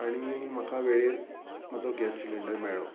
आनी म्हाका वेळेर म्हजो गॅस सिलींडर मेळ्ळो